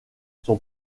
son